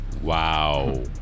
Wow